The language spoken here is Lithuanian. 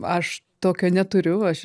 aš tokio neturiu aš